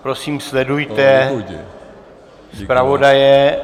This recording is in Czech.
Prosím, sledujte zpravodaje.